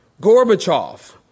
Gorbachev